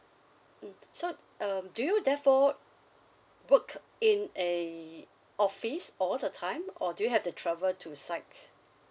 mm so um do you therefore work in a office all the time or do you have to travel to sites